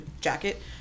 jacket